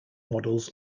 models